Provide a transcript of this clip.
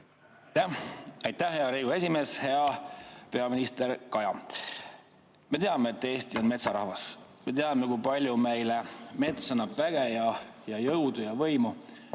Aitäh, hea Riigikogu esimees! Hea peaminister Kaja! Me teame, et Eesti on metsarahvas. Me teame, kui palju meile mets annab väge ja jõudu ja võimu.